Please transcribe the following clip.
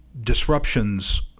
Disruptions